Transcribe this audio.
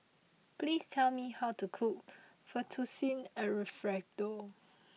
please tell me how to cook Fettuccine Alfredo